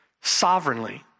sovereignly